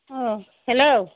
अ hello